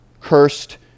Cursed